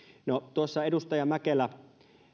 tuossa edustaja mäkelä